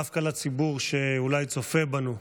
דווקא לציבור שאולי צופה בנו.